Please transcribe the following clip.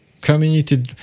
community